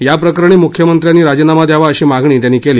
याप्रकरणी मुख्यमंत्र्यांनी राजीनामा द्यावा अशी मागणी त्यांनी केली